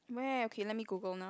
where okay let me Google now